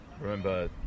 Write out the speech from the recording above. remember